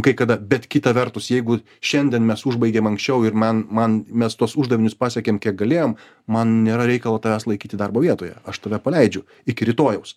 kai kada bet kita vertus jeigu šiandien mes užbaigėm anksčiau ir man man mes tuos uždavinius pasiekėm kiek galėjom man nėra reikalo tavęs laikyti darbo vietoje aš tave paleidžiu iki rytojaus